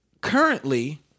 currently